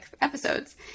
episodes